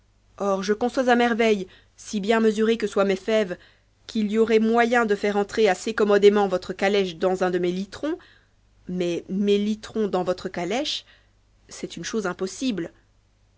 or je conçois a merveille si bien mesurées que soient mes fèves qu'il y aurait moyen de faire entrer assez commodément votre calèche dans un de mes litrons mais mes litrons dans votre calèche c'est une chose impossible